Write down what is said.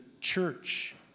church